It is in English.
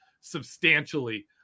substantially